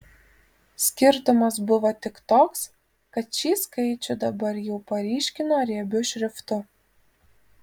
skirtumas buvo tik toks kad šį skaičių dabar jau paryškino riebiu šriftu